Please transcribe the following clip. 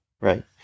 right